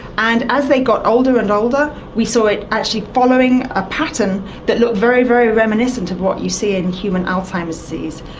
and as they got older and older we saw it actually following a pattern that looked very, very reminiscent of what you see in human alzheimer's disease.